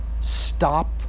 stop